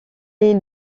est